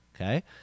okay